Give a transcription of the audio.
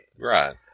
Right